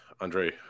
Andre